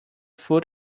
foot